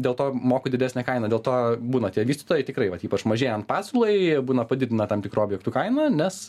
dėl to moku didesnę kainą dėl to būna tie vystytojai tikrai vat ypač mažėjant pasiūlai būna padidina tam tikrų objektų kainą nes